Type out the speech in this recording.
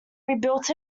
rebuilt